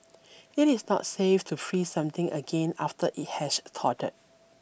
it is not safe to freeze something again after it has thawed